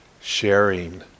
sharing